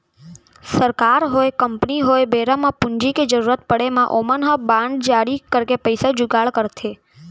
सरकार होय, कंपनी होय बेरा म पूंजी के जरुरत पड़े म ओमन ह बांड जारी करके पइसा जुगाड़ करथे